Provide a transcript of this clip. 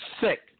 sick